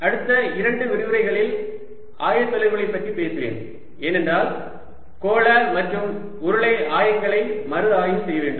அடுத்த இரண்டு விரிவுரைகளில் ஆயத்தொலைவுகளைப் பற்றி பேசுவேன் ஏனென்றால் கோள மற்றும் உருளை ஆயங்களை மறுஆய்வு செய்யவேண்டும்